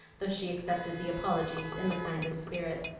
though she accepted the apologies in the kindest spirit.